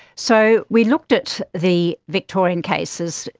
so we looked at the victorian cases,